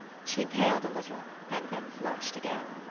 she paled a little, and then flushed again.